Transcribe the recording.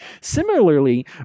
Similarly